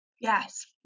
Yes